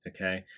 okay